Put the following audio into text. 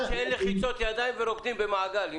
שאין לחיצות ידיים ואנשים רוקדים במעגל.